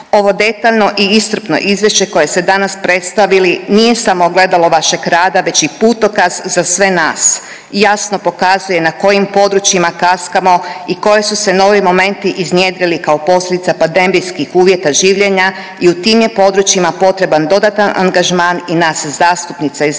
Ovo detaljno i iscrpno izvješće koje ste danas predstavili nije samo ogledalo vašeg rada, već i putokaz za sve nas i jasno pokazuje na kojim područjima kaskamo i koje su se novi momenti iznjedrili kao posljedica pandemijskih uvjeta življenja i u tim je područjima potreban dodatan angažman i nas zastupnica i